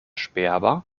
sperber